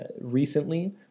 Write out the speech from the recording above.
recently